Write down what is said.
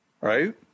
right